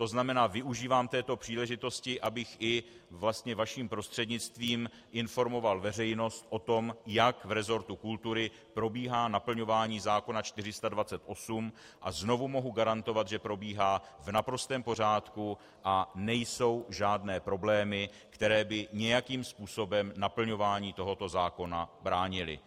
To znamená, využívám této příležitosti, abych i vlastně vaším prostřednictvím informoval veřejnost o tom, jak v resortu kultury probíhá naplňování zákona 428, a znovu mohu garantovat, že probíhá v naprostém pořádku a nejsou žádné problémy, které by nějakým způsobem naplňování tohoto zákona bránily.